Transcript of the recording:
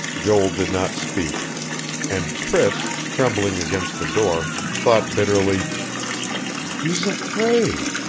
joel did not speak and priss, trembling against the door, thought bitterly he's afraid.